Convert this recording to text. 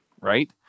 right